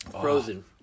frozen